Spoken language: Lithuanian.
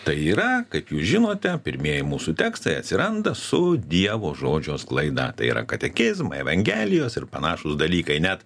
tai yra kaip jūs žinote pirmieji mūsų tekstai atsiranda su dievo žodžio sklaida tai yra katekizmai evangelijos ir panašūs dalykai net